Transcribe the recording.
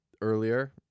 earlier